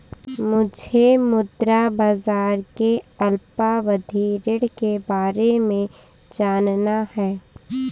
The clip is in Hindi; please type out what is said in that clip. मुझे मुद्रा बाजार के अल्पावधि ऋण के बारे में जानना है